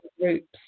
groups